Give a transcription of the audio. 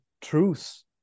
truths